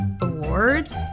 Awards